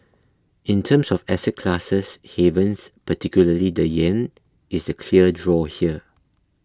in terms of asset classes havens particularly the yen is the clear draw here